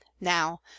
Now